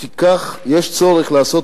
לפיכך, יש צורך לעשות